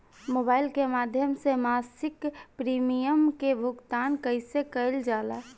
Mobile के माध्यम से मासिक प्रीमियम के भुगतान कैसे कइल जाला?